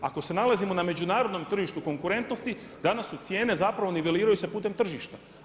Ako se nalazimo na međunarodnom tržištu konkurentnosti danas su cijene, zapravo niveliraju se putem tržišta.